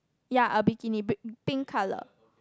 yea a bikini bik~ pink colour